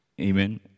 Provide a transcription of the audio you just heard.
Amen